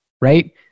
right